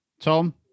Tom